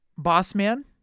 Bossman